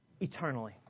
eternally